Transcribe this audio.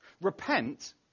Repent